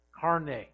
Carne